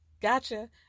Gotcha